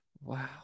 Wow